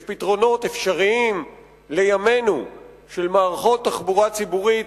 יש פתרונות אפשריים לימינו של מערכות תחבורה ציבורית,